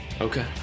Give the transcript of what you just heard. Okay